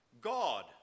God